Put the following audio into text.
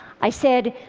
i said,